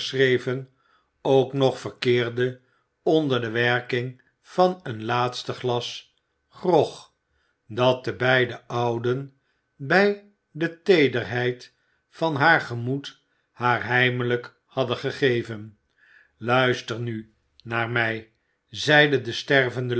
ook nog verkeerde onder de werking van een laatste glas grog dat de beide ouden bij de teederheid van haar gemoed haar heimelijk hadden gegeven luister nu naar mij zeide de stervende